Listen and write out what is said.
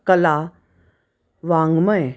कला वाङमय